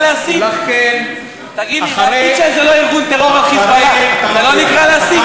ולהגיד שה"חיזבאללה" זה לא ארגון טרור זה לא נקרא להסית?